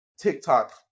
TikTok